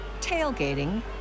tailgating